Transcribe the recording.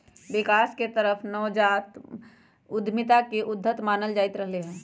विकास के तरफ नवजात उद्यमिता के उद्यत मानल जाईंत रहले है